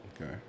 okay